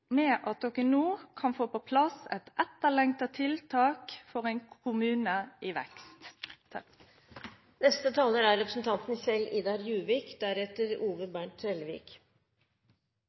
med at dere nå kan få på plass et etterlengtet tiltak for en kommune i vekst. Ja, nå er